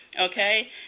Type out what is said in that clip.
okay